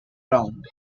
round